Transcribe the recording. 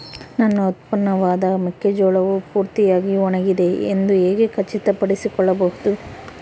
ನನ್ನ ಉತ್ಪನ್ನವಾದ ಮೆಕ್ಕೆಜೋಳವು ಪೂರ್ತಿಯಾಗಿ ಒಣಗಿದೆ ಎಂದು ಹೇಗೆ ಖಚಿತಪಡಿಸಿಕೊಳ್ಳಬಹುದು?